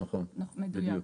מדויק.